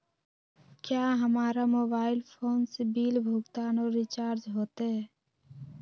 क्या हमारा mobile phone से बिल भुगतान और रिचार्ज होते?